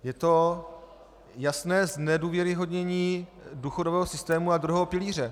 Je to jasné znedůvěryhodnění důchodového systému a druhého pilíře.